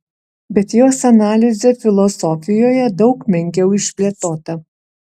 bet jos analizė filosofijoje daug menkiau išplėtota